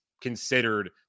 considered